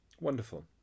wonderful